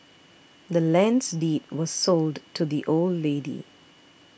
the land's deed was sold to the old lady